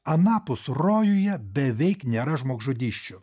anapus rojuje beveik nėra žmogžudysčių